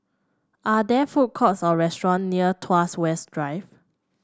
are there food courts or restaurant near Tuas West Drive